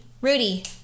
Rudy